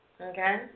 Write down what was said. Okay